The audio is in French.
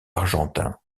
argentins